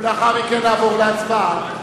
לאחר מכן נעבור להצבעה.